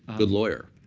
good lawyer.